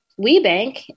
WeBank